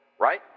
right